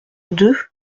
deux